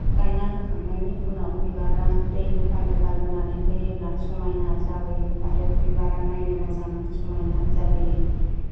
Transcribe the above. गायना होखांनायनि उनाव बिबारा दै लुफा लुफा होनानै होयोब्ला समायना जाबोयो आरो बिबारा नायनो मोजां समायना जाबोयो